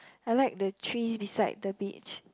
I like the tree beside the beach